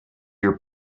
your